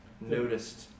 noticed